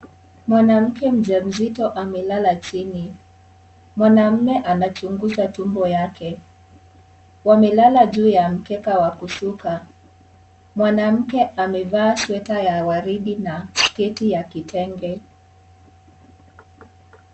Mwanamke mjamzito amelala chini. Mwanaume anachunguza tumbo yake, wamelala juu ya mkeka wa kusuka. Mwanamke amevaa sweta ya waridi na sketi ya kitenge.